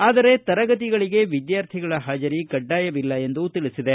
ಆದರೆ ತರಗತಿಗಳಿಗೆ ವಿದ್ನಾರ್ಥಿಗಳ ಹಾಜರಿ ಕಡ್ಡಾಯವಿಲ್ಲ ಎಂದು ತಿಳಿಸಿದೆ